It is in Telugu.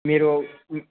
మీరు